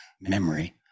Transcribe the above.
memory